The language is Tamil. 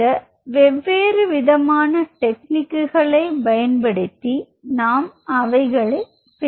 இந்த வெவ்வேறு விதமான டெக்னிக்குகளை பயன்படுத்தி நாம் அவைகளை பிரிக்கலாம்